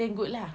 then good lah